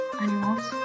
animals